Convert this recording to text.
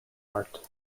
art